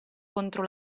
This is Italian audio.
contro